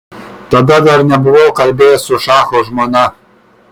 tada dar nebuvau kalbėjęs su šacho žmona